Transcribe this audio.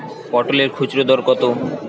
পটলের খুচরা দর কত?